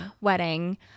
wedding